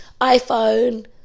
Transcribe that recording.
iPhone